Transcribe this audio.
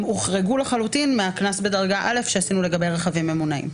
הם הוחרגו לחלוטין מהקנס בדרגה א' שעשינו לגבי רכבים ממונעים.